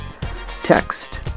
text